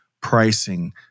pricing